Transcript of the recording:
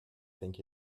think